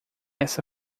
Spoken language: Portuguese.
essa